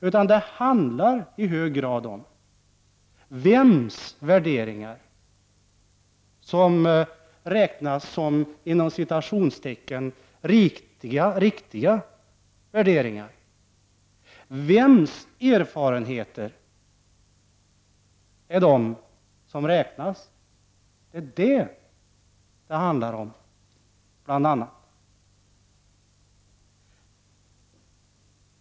Utan det handlar i hög grad om vems värderingar som räknas som ”riktiga värderingar”. Vems erfarenheter räknas? Det är bl.a. om detta det handlar.